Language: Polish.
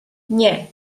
nie